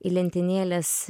į lentynėles